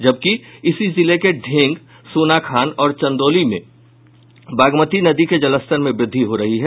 जबकि इसी जिले के ढेंग सोनाखान और चंदौली में बागमती नदी के जलस्तर में वृद्धि हो रहा है